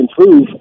improve